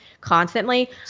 constantly